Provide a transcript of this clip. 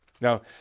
Now